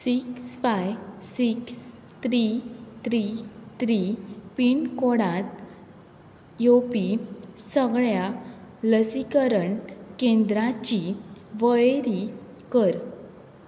six five six three three three पिनकोडांत येवपी सगळ्या लसीकरण केंद्रांची वळेरी कर